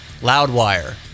Loudwire